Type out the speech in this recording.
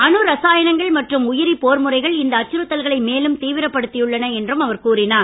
அணு இரசாயனங்கள் மற்றும் உயிரி போர் முறைகள் இந்த அச்சுறுத்தல்களை மேலும் தீவிரப் படுத்தியுள்ளன என்றார்